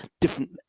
different